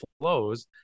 flows